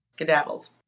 skedaddles